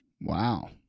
Wow